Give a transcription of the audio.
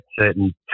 certain